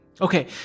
Okay